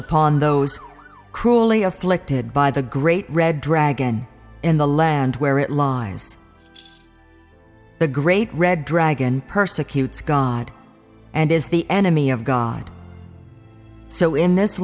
upon those cruelly afflicted by the great red dragon in the land where it lies the great red dragon persecutes god and is the enemy of god so in this